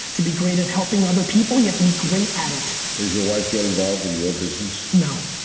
to be great at helping other people, you have to be great at it. does your wife get involved in your business? no,